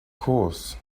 course